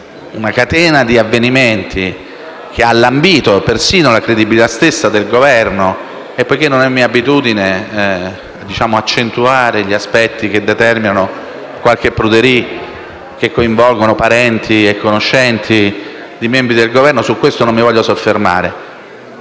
una catena di avvenimenti che ha lambito persino la credibilità stessa del Governo (non è mia abitudine accentuare gli aspetti che determinano *pruderie* che coinvolgono parenti e conoscenti di membri del Governo, su cui non voglio quindi